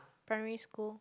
primary school